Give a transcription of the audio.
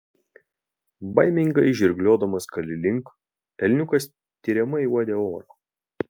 baimingai žirgliodamas kali link elniukas tiriamai uodė orą